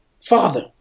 Father